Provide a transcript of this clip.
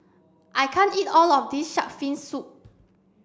I can't eat all of this shark's fin soup